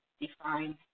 define